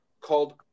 called